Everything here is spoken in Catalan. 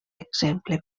exemple